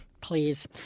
please